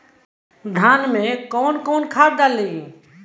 धान में कौन कौनखाद डाली?